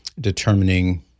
determining